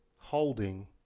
holding